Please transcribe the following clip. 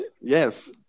yes